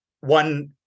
one